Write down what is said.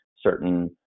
certain